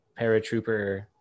paratrooper